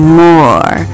more